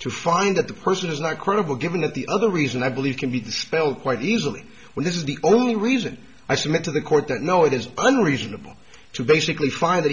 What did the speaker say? to find that the person is not credible given that the other reason i believe can be dispelled quite easily when this is the only reason i submit to the court that no it is unreasonable to basically find that